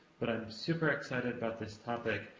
but, i'm super excited about this topic,